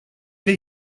ile